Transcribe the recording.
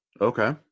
Okay